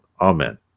Amen